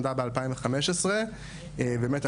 למשרד המדע ב-2015 ובאמת,